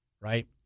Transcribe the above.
right